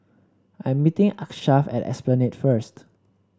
I'm meeting Achsah at Esplanade first